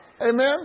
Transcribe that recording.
Amen